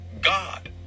God